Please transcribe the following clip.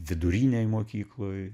vidurinėj mokykloj